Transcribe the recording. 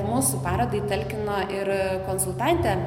mūsų parodai talkino ir konsultantė